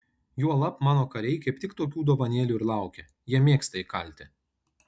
juolab mano kariai kaip tik tokių dovanėlių ir laukia jie mėgsta įkalti